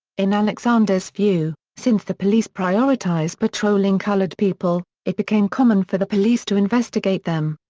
in alexander's view, since the police prioritize patrolling colored people, it became common for the police to investigate them.